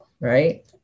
right